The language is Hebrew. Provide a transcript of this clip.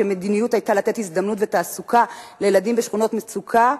כשהמדיניות היתה לתת הזדמנות ותעסוקה לילדים בשכונות מצוקה,